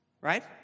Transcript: right